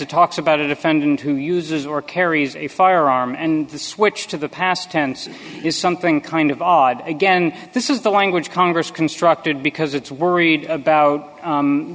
it talks about a defendant who uses or carries a firearm and the switch to the past tense is something kind of odd again this is the language congress constructed because it's worried about